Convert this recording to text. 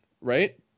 right